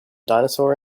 dinosaur